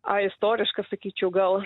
aistoriška sakyčiau gal